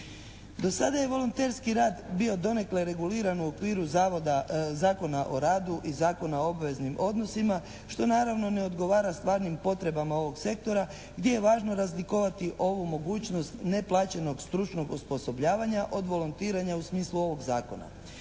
Do sada je volonterski rad bio donekle reguliran u okviru Zakona o radu i Zakona o obveznim odnosima što naravno ne odgovara stvarnim potrebama ovog sektora gdje je važno razlikovati ovu mogućnost neplaćenog stručnog osposobljavanja od volontiranja u smislu ovog zakona.